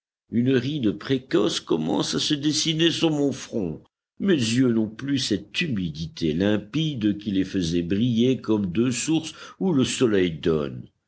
une ride précoce commence à se dessiner sur mon front mes yeux n'ont plus cette humidité limpide qui les faisait briller comme deux sources où le soleil donne